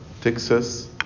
Texas